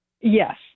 Yes